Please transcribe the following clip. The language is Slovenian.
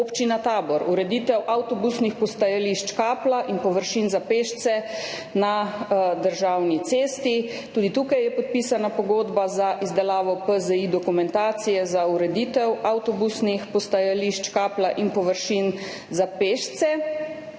Občina Tabor, ureditev avtobusnih postajališč Kapla in površin za pešce na državni cesti. Tudi tukaj je podpisana pogodba za izdelavo dokumentacije PZI za ureditev avtobusnih postajališč Kapla in površin za pešce.